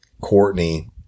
Courtney